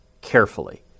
carefully